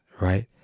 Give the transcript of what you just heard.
right